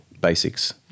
basics